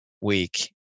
week